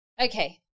Okay